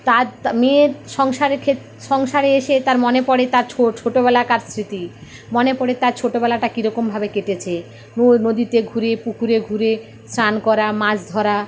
তার মেয়ের সংসারের ক্ষেত সংসারে এসে তার মনে পরে তার ছোটবেলাকার স্মৃতি মনে পরে তার ছোটবেলাটা কিরকমভাবে কেটেছে নদীতে ঘুরে পুকুরে ঘুরে স্নান করা মাছ ধরা